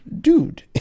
dude